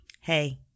Hey